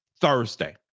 Thursday